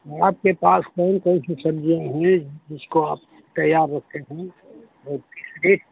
आपके पास कौन कौन सी सब्जियाँ हैं जिसको आप तैयार रखे हैं ठीक